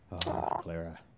Clara